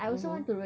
mmhmm